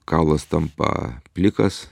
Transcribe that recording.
kaulas tampa plikas